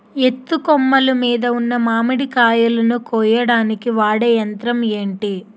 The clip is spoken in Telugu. ఎత్తు కొమ్మలు మీద ఉన్న మామిడికాయలును కోయడానికి వాడే యంత్రం ఎంటి?